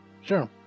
Sure